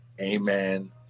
amen